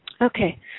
Okay